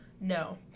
No